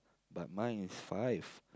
but mine is five